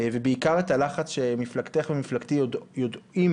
ובעיקר את הלחץ שמפלגתך ומפלגתי יודעים